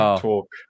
talk